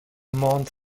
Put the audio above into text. month